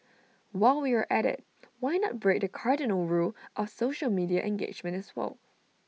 while we are at IT why not break the cardinal rule of social media engagement as well